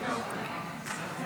להעביר את הנושא